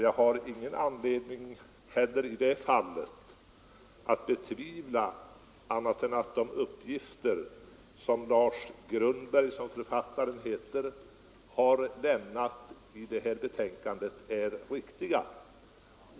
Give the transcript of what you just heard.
Jag har i detta fall inte heller någon anledning att betvivla att de uppgifter som Lars Grundberg, som författaren heter, har lämnat i detta betänkande är riktiga.